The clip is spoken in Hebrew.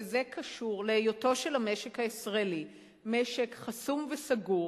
וזה קשור להיותו של המשק הישראלי משק חסום וסגור